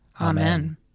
Amen